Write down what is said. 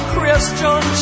Christian